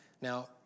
Now